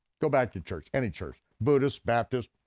go back to church, any church, buddhist, baptist,